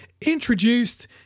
introduced